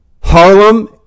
harlem